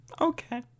Okay